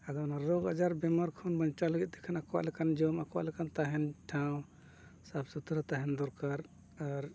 ᱟᱫᱚ ᱚᱱᱟ ᱨᱳᱜ ᱟᱡᱟᱨ ᱵᱮᱢᱟᱨ ᱠᱷᱚᱱ ᱵᱟᱧᱪᱟᱣ ᱞᱟᱹᱜᱤᱫ ᱛᱮᱠᱷᱟᱱ ᱟᱠᱚᱣᱟᱜ ᱞᱮᱠᱟᱱ ᱡᱚᱢ ᱟᱠᱚᱣᱟᱜ ᱞᱮᱠᱟᱱ ᱛᱟᱦᱮᱱ ᱴᱷᱟᱶ ᱥᱟᱯᱷᱟ ᱥᱩᱛᱨᱟᱹ ᱛᱟᱦᱮᱱ ᱫᱚᱨᱠᱟᱨ ᱟᱨ